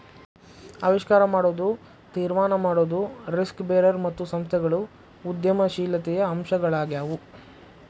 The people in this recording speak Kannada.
ಆವಿಷ್ಕಾರ ಮಾಡೊದು, ತೀರ್ಮಾನ ಮಾಡೊದು, ರಿಸ್ಕ್ ಬೇರರ್ ಮತ್ತು ಸಂಸ್ಥೆಗಳು ಉದ್ಯಮಶೇಲತೆಯ ಅಂಶಗಳಾಗ್ಯಾವು